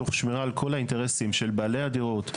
תוך שמירה על כל האינטרסים של בעלי הדירות,